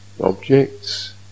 objects